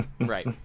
Right